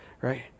right